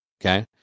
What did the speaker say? Okay